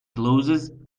closes